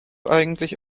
eigentlich